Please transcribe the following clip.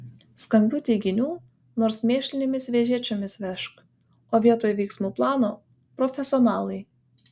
skambių teiginių nors mėšlinėmis vežėčiomis vežk o vietoj veiksmų plano profesionalai